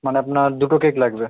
মানে আপনার দুটো কেক লাগবে